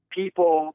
people